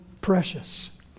precious